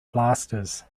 blasters